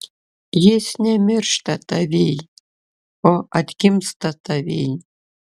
jis nemiršta tavyj o atgimsta tavyj